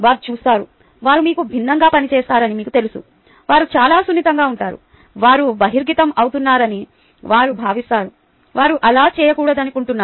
వారు చూస్తారు వారు మీకు భిన్నంగా పనిచేస్తారని మీకు తెలుసు వారు చాలా సున్నితంగా ఉంటారు వారు బహిర్గతం అవుతున్నారని వారు భావిస్తారు వారు అలా చేయకూడదనుకుంటున్నారు